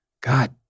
God